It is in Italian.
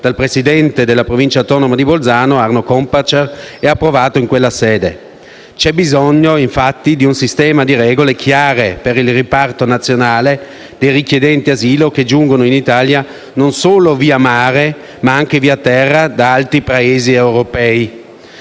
dal presidente della Provincia autonoma di Bolzano Arno Kompatscher e approvato in quella sede. C'è bisogno, infatti, di un sistema di regole chiare per il riparto nazionale dei richiedenti asilo che giungono in Italia, non solo via mare ma anche via terra, da altri Paesi europei.